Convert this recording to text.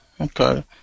okay